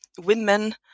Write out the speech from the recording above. women